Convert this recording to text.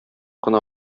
кына